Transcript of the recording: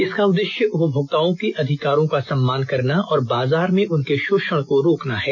इसका उद्देश्य उपभोक्ताओं के अधिकारों का सम्मान करना और बाजार में उनके शोषण को रोकना है